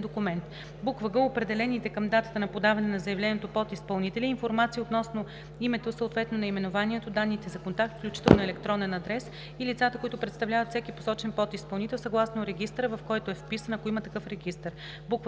документ; г) определените към датата на подаване на заявлението подизпълнители и информация относно името, съответно наименованието, данните за контакт, включително електронен адрес, и лицата, които представляват всеки посочен подизпълнител съгласно регистъра, в който е вписан, ако има такъв регистър;